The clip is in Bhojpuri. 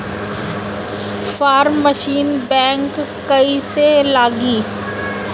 फार्म मशीन बैक कईसे लागी?